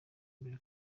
mbere